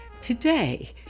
Today